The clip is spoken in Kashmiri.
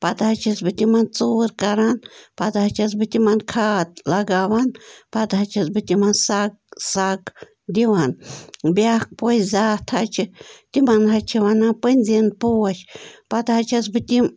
پتہٕ حظ چھَس بہٕ تِمن ژوٗر کَران پَتہٕ حظ چھَس بہٕ تَِمن کھاد لَگاوان پَتہٕ حظ چھَس بہٕ تِمن سَگ سَگ دِوان بیٛاکھ پوشہٕ زاتھا حظ چھِ تِمن حظ چھِ وَنان پٔنزیٖن پوش پتہٕ حظ چھَس بہٕ تِم